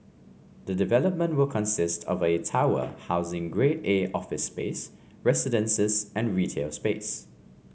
the development will consist of a tower housing Grade A office space residences and retail space